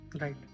Right